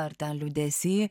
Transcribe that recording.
ar ten liūdesy